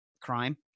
crime